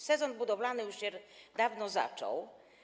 Sezon budowlany już się dawno zaczął.